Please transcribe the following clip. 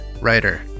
writer